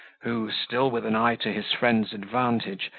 who, still with an eye to his friend's advantage,